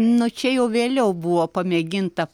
nu čia jau vėliau buvo pamėginta